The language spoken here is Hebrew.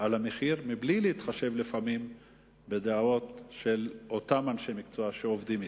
על המחיר מבלי להתחשב לפעמים בדעות של אותם אנשי מקצוע שעובדים אתו.